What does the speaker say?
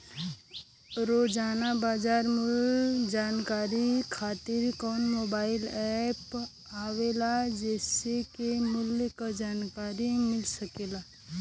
रोजाना बाजार मूल्य जानकारी खातीर कवन मोबाइल ऐप आवेला जेसे के मूल्य क जानकारी मिल सके?